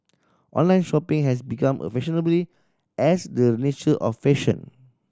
online shopping has become a fashionably as the nature of fashion